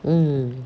mm